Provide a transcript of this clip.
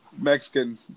Mexican